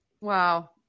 wow